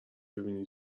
ببینی